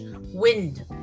wind